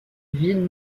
ville